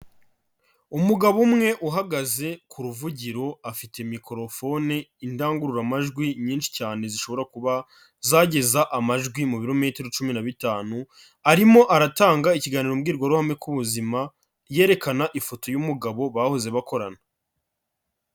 Umugabo umwe uhagaze ku ruvugiro afite microphone, indangururamajwi nyinshi cyane zishobora kuba zageza amajwi mu bilometero cumi na bitanu, arimo aratanga ikiganiro mbwirwaruhame ku buzima yerekana ifoto y'umugabo bahoze bakorana.